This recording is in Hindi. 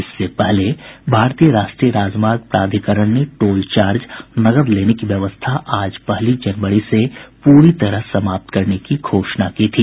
इससे पहले भारतीय राष्ट्रीय राजमार्ग प्राधिकरण ने टोल चार्ज नकद लेने की व्यवस्था आज पहली जनवरी से पूरी तरह समाप्त करने की घोषणा की थी